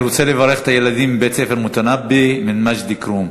אני רוצה לברך את הילדים מבית-הספר "אלמותנבי" ממג'ד-אלכרום,